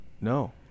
No